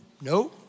No